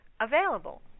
available